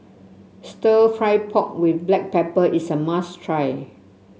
Stir Fried Pork with Black Pepper is a must try